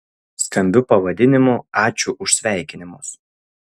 skambiu pavadinimu ačiū už sveikinimus